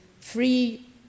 free